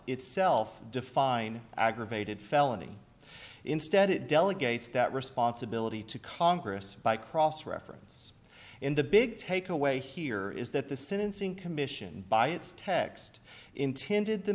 itself define aggravated felony instead it delegates that responsibility to congress by cross reference in the big takeaway here is that the sentencing commission by its text intended the